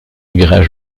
garage